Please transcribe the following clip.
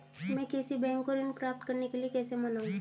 मैं किसी बैंक को ऋण प्राप्त करने के लिए कैसे मनाऊं?